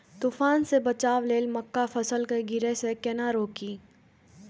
तुफान से बचाव लेल मक्का फसल के गिरे से केना रोकी?